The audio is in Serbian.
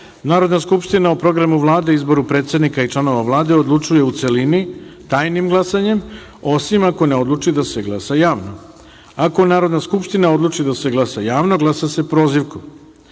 Narodna skupština o Programu Vlade i izboru predsednika i članova Vlade odlučuju u celini tajnim glasanjem, osim ako ne odluči da se glasa javno. Ako Narodna skupština odluči da se glasa javno, glasa se prozivkom. Predlažem